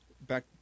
back